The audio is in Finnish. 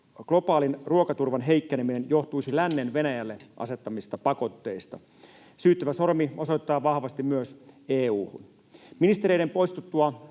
globaalin ruokaturvan heikkeneminen johtuisi lännen Venäjälle asettamista pakotteista. Syyttävä sormi osoittaa vahvasti myös EU:hun. Ministereiden poistuttua